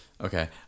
Okay